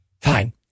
Fine